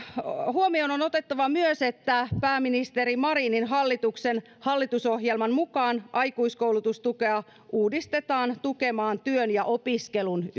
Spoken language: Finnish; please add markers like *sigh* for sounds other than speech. huomioon on otettava myös että pääministeri marinin hallituksen hallitusohjelman mukaan aikuiskoulutustukea uudistetaan tukemaan työn ja opiskelun *unintelligible*